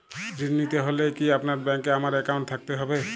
ঋণ নিতে হলে কি আপনার ব্যাংক এ আমার অ্যাকাউন্ট থাকতে হবে?